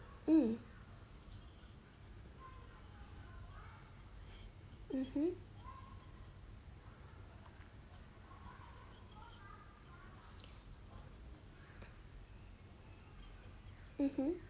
um mmhmm mmhmm